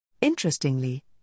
Interestingly